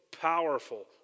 powerful